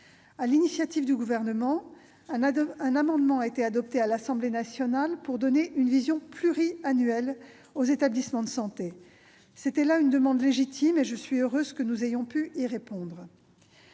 l'initiative du Gouvernement, un amendement a été adopté à l'Assemblée nationale pour donner une vision pluriannuelle aux établissements de santé. C'était une demande légitime et je suis heureuse que nous ayons pu y répondre.